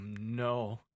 no